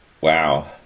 Wow